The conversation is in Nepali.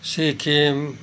सिक्किम